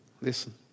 Listen